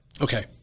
Okay